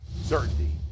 certainty